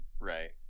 Right